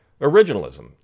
originalism